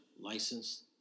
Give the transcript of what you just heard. licensed